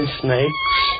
snakes